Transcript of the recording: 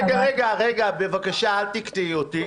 רגע, בבקשה, אל תקטעי אותי.